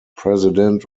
president